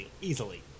Easily